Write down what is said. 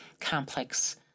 complex